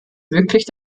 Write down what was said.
wirklich